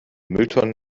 mülltonnen